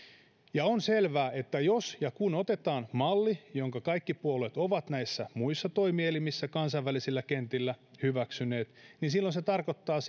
ja on selvää että jos ja kun otetaan malli jonka kaikki puolueet ovat näissä muissa toimielimissä kansainvälisillä kentillä hyväksyneet niin silloin se tarkoittaa